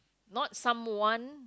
not someone